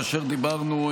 כאשר דיברנו,